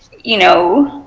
you know,